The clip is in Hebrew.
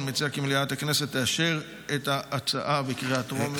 אני מציע כי מליאת הכנסת תאשר את ההצעה בקריאה הטרומית.